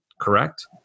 correct